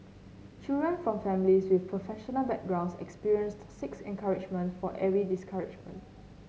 children from families with professional backgrounds experienced six encouragement for every discouragement